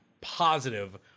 positive